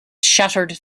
shattered